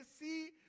see